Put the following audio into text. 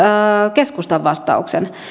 keskustan vastauksen